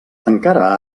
encara